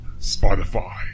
Spotify